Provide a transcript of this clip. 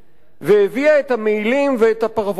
והביאה את המעילים ואת הפרוות שלה,